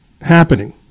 happening